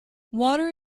water